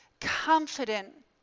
confident